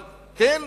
אבל תן